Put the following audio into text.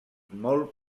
molt